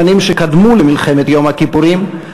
בשנים שקדמו למלחמת יום הכיפורים,